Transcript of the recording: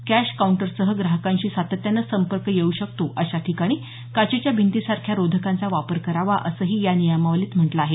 cash काऊंटरसह ग्राहकांशी सातत्यान संपर्क येऊ शकतो अशा ठिकाणी काचेच्या भिंतीसारख्या रोधकांचा वापर करावा असंही या नियमावलीत म्हटलं आहे